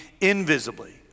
invisibly